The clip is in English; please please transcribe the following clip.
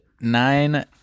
nine